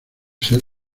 ser